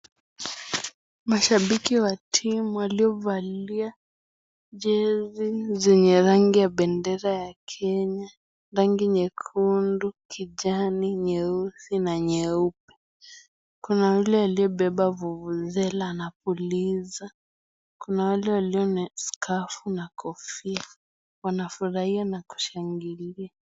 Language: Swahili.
Mashabiki wa timu waliovalia jezi zenye rangi ya bendera ya Kenya, rangi nyekundu, kijani, nyeusi na nyeupe. Kuna yule aliyebeba vuvuzela anapuliza, kuna wale walio na skafu na kofia, wanafurahia na kushangilia.